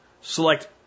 Select